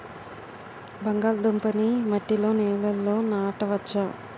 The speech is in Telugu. బంగాళదుంప నీ మట్టి నేలల్లో నాట వచ్చా?